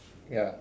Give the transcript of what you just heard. ya